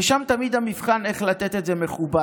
ושם תמיד המבחן הוא איך לתת את זה מכובד.